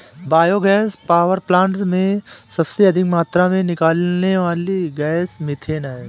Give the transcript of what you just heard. bio gas power plant में सबसे अधिक मात्रा में निकलने वाली गैस मिथेन है